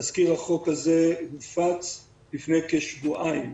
תזכיר חוק כזה הופץ לפני כשבועיים.